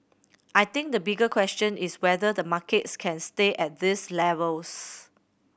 I think the bigger question is whether the markets can stay at these levels